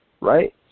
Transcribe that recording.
right